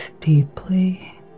deeply